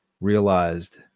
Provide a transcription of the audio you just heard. realized